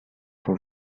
for